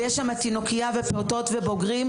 ויש שם תינוקייה ופעוטות ובוגרים,